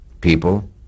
people